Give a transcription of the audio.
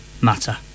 matter